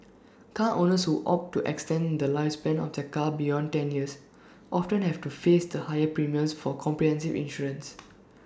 car owners who opt to extend the lifespan of their car beyond ten years often have to face the higher premiums for comprehensive insurance